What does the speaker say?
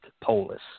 polis